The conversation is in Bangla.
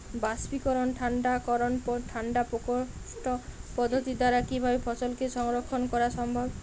বাষ্পীকরন ঠান্ডা করণ ঠান্ডা প্রকোষ্ঠ পদ্ধতির দ্বারা কিভাবে ফসলকে সংরক্ষণ করা সম্ভব?